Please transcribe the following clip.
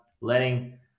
letting